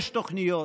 יש תוכניות,